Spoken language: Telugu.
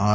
ఆర్